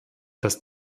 dass